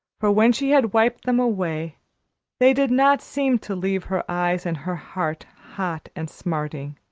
for when she had wiped them away they did not seem to leave her eyes and her heart hot and smarting.